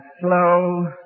slow